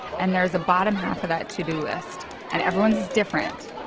and there's a bottom half of that to-do list, and everyone's is different.